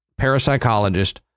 parapsychologist